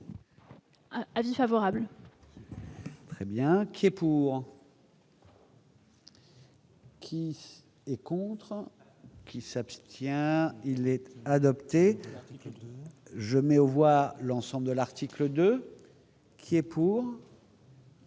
avis favorable. Très bien, qui est pour. Qui est contre qui s'abstient, il était adopté, je mets au voix l'ensemble de l'article 2 qui est pour.